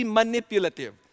manipulative